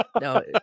No